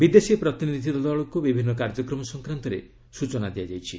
ବିଦେଶୀ ପ୍ରତିନିଧି ଦଳକୁ ବିଭିନ୍ନ କାର୍ଯ୍ୟକ୍ରମ ସଂକ୍ରାନ୍ତରେ ସୂଚନା ଦିଆଯାଇଛି